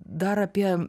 dar apie